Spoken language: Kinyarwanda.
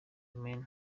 amen